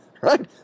Right